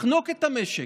לחנוק את המשק.